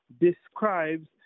describes